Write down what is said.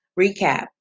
recap